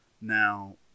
now